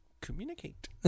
Communicate